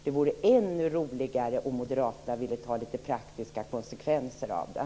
Det vore ännu roligare om moderaterna ville ta litet praktiska konsekvenser av det.